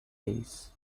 days